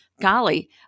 golly